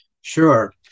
Sure